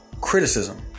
criticism